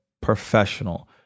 professional